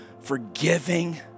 forgiving